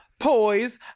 poise